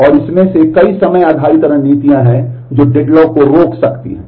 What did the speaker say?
और इसमें से कई समय आधारित रणनीतियां हैं जो डेडलॉक को रोक सकती हैं